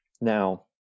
Now